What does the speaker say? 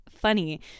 funny